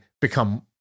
become